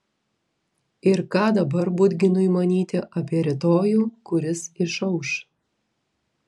ir ką dabar budginui manyti apie rytojų kuris išauš